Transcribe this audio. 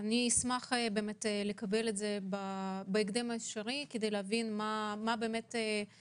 אשמח לקבל את זה בהקדם האפשרי כדי להבין מה הסכום